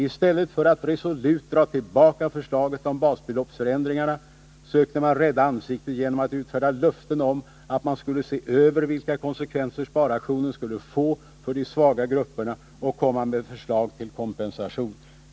I stället för att resolut dra tillbaka förslaget om basbeloppsför ändringarna sökte man rädda ansiktet genom att utfärda löften om att mån skulle se över vilka konsekvenser sparaktionen skulle få för de svaga grupperna och komma med förslag till kompensation.